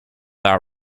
our